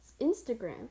Instagram